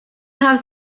have